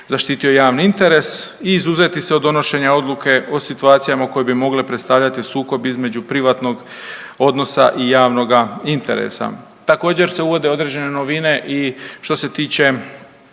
zaštitio javni interes i izuzeti se od donošenja odluke o situacijama koje bi mogle predstavljati sukob između privatnog odnosa i javnoga interesa. Također se uvode određene novine i što se tiče